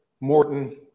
Morton